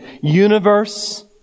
universe